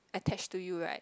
attach to you right